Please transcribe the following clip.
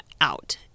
out